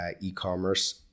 e-commerce